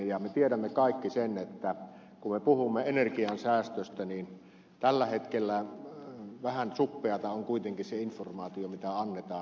me tiedämme kaikki sen että kun me puhumme energian säästöstä niin tällä hetkellä vähän suppeata on kuitenkin se informaatio mitä annetaan